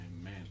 amen